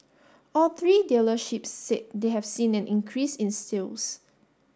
all three dealerships said they have seen an increase in sales